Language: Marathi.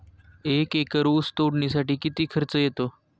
एक एकर ऊस तोडणीसाठी किती खर्च येतो?